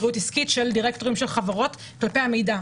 אחריות עסקית של דירקטורים של חברות כלפי המידע.